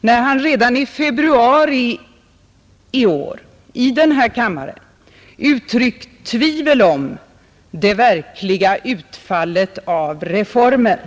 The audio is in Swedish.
när han redan i februari i år i denna kammare har uttryckt tvivel om det verkliga utfallet av reformen.